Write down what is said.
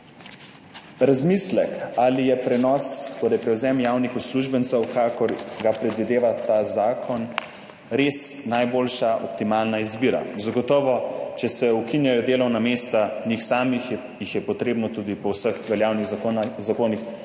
razmislek ali je prenos, torej prevzem javnih uslužbencev, kakor ga predvideva ta zakon, res najboljša optimalna izbira. Zagotovo, če se ukinjajo delovna mesta njih samih, jih je potrebno tudi po vseh veljavnih zakonih